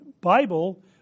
Bible